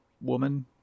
woman